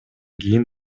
кийин